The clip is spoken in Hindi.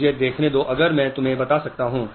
मुझे देखने दो अगर मैं तुम्हें बता सकता हूँ